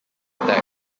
attack